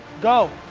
go,